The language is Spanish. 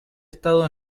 estado